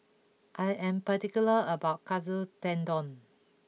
I am particular about Katsu Tendon